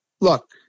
look